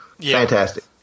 fantastic